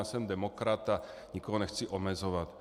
Jsem demokrat a nikoho nechci omezovat.